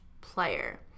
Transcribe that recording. player